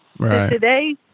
today